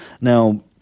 Now